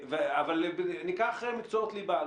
אבל ניקח מקצועות ליבה.